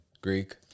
Greek